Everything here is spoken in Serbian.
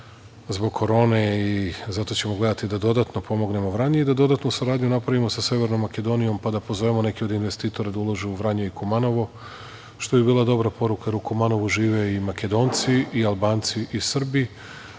zbog korone i zato ćemo gledati da dodatno pomognemo Vranje i da dodatnu saradnju napravimo sa Severnom Makedonijom, pa da pozovemo neke od investitora da ulože u Vranje i Kumanovo, što bi bila dobra poruka. U Kumanovu žive i Makedonci i Albanci i Srbi,